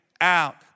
out